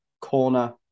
corner